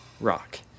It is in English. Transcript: Rock